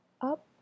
up